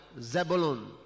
Zebulun